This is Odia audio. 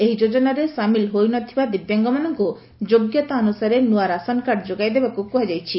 ଏହି ଯୋଜନାରେ ସାମିଲ୍ ହୋଇ ନ ଥିବା ଦିବ୍ୟାଙ୍ଗମାନଙ୍କୁ ଯୋଗ୍ୟତା ଅନୁସାରେ ନୂଆ ରାସନ କାର୍ଡ଼ ଯୋଗାଇ ଦେବାକୁ କୁହାଯାଇଛି